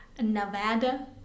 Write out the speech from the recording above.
nevada